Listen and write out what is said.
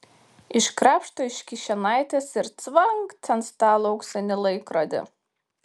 iškrapšto iš kišenaitės ir cvangt ant stalo auksinį laikrodį